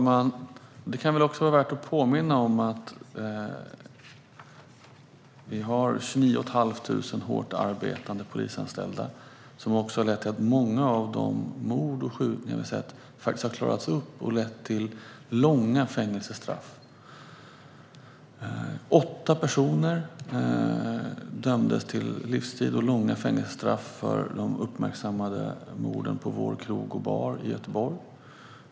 Fru talman! Det kan vara värt att påminna om att vi har 29 500 hårt arbetande polisanställda, vilket har lett till att många mord och skjutningar faktiskt har klarats upp och lett till långa fängelsestraff. Åtta personer dömdes till livstid och till långa fängelsestraff för de uppmärksammade morden på Vår Krog & Bar i Göteborg.